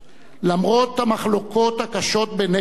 למרות המחלוקות הקשות בינינו,